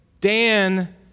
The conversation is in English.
Dan